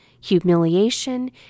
humiliation